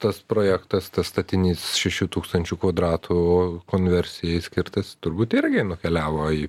tas projektas tas statinys šešių tūkstančių kvadratų konversijai skirtas turbūt irgi nukeliavo į